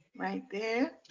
right there.